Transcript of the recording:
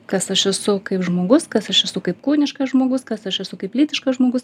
kas aš esu kaip žmogus kas aš esu kaip kūniškas žmogus kas aš esu kaip lytiškas žmogus